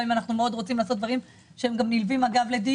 גם אם אנחנו מאוד רוצים לעשות דברים שהם נלווים לדיור.